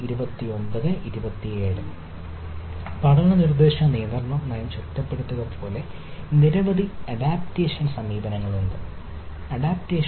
പഠന മാർഗ്ഗനിർദ്ദേശ നിയന്ത്രണ നയം ശക്തിപ്പെടുത്തുക പോലുള്ള നിരവധി അഡാപ്റ്റേഷൻ